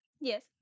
Yes